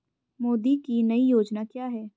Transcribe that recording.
मोदी की नई योजना क्या है?